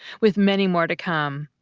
with many more to come!